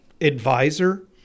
advisor